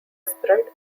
spread